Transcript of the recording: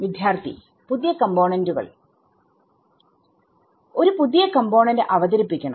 വിദ്യാർത്ഥി പുതിയ കമ്പോണെന്റുകൾ ഒരു പുതിയ കമ്പോണെന്റ് അവതരിപ്പിക്കണം